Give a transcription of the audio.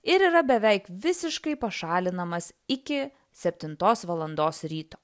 ir yra beveik visiškai pašalinamas iki septintos valandos ryto